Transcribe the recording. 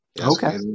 Okay